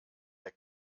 der